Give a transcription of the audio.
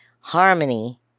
harmony